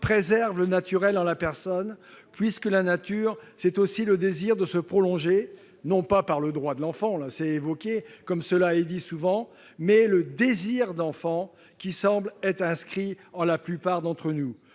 préserve le naturel en la personne, puisque la nature, c'est aussi le désir de se prolonger, non pas le droit à l'enfant comme cela est dit souvent sur un mode péjoratif, mais le désir d'enfant qui semble être inscrit en la plupart d'entre nous.